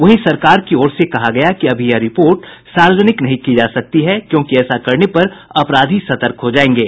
वहीं सरकार की ओर से कहा गया कि अभी यह रिपोर्ट सार्वजनिक नहीं की जा सकती है क्योंकि ऐसा करने पर अपराधी सतर्क हो जायेंगे